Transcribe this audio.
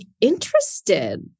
interested